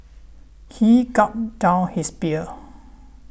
he gulped down his beer